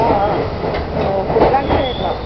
ꯑꯥ ꯑꯥ ꯑꯣ ꯁꯗꯅꯥꯒꯤ ꯄꯦꯔꯦꯟꯂꯣ